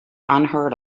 unheard